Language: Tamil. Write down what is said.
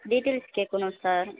டீட்டைல்ஸ் கேட்கணும் சார்